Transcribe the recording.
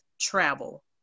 travel